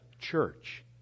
church